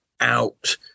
out